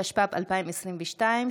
התשפ"ב 2022,